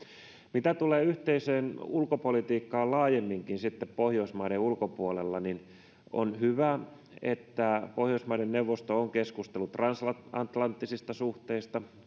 mitä tulee yhteiseen ulkopolitiikkaan laajemminkin pohjoismaiden ulkopuolella on hyvä että pohjoismaiden neuvosto on keskustellut transatlanttisista suhteista